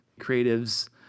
creatives